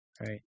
right